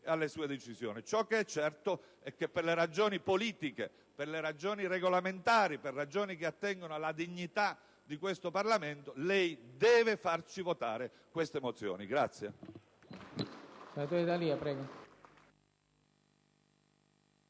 alle sue decisioni. Ciò che è certo è che, per ragioni politiche e regolamentari, che attengono alla dignità di questo Parlamento, lei deve farci votare queste mozioni.